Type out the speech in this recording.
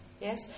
yes